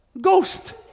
Ghost